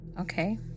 Okay